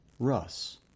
Russ